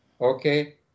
okay